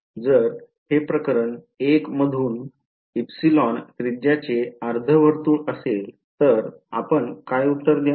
जर हे प्रकरण 1 मधून ε त्रिज्याचे अर्धवर्तुळ असेल तर आपण काय उत्तर द्याल